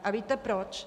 A víte proč?